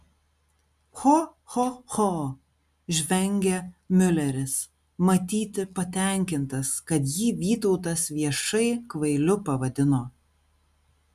cho cho cho žvengė miuleris matyti patenkintas kad jį vytautas viešai kvailiu pavadino